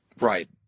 Right